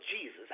Jesus